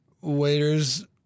waiters